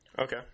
Okay